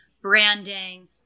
branding